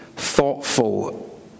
thoughtful